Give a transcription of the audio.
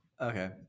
Okay